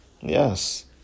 Yes